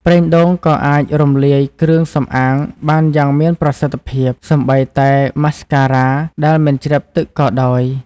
ប្រេងដូងក៏អាចរំលាយគ្រឿងសម្អាងបានយ៉ាងមានប្រសិទ្ធភាព សូម្បីតែម៉ាស្ការ៉ាដែលមិនជ្រាបទឹកក៏ដោយ។